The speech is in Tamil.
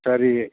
சரி